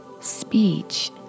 Speech